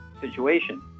situation